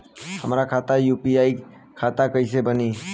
हमार खाता यू.पी.आई खाता कईसे बनी?